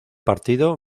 partido